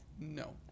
No